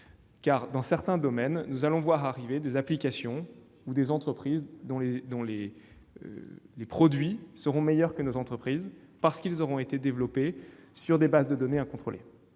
Dans certains domaines, en effet, nous allons voir arriver des applications ou des sociétés dont les produits seront meilleurs que ceux de nos entreprises, parce qu'ils auront été développés grâce à des bases de données incontrôlées.